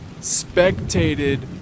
spectated